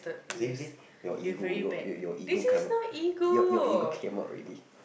you you see your ego your your ego came out your your ego came out already